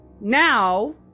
now